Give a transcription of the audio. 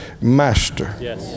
master